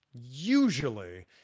Usually